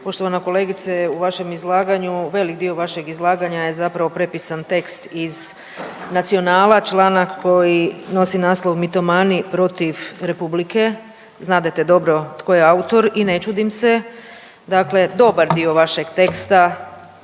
Poštovana kolegice, u vašem izlaganju, velik dio vašeg izlaganja je zapravo prepisan tekst iz „Nacionala“, članak koji nosi naslov „Mitomani protiv republike“. Znadete dobro tko je autor i ne čudim se, dakle dobar dio vašeg teksta